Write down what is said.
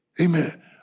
Amen